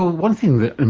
one thing that, and